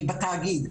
בתאגיד.